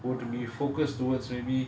were to be focused towards maybe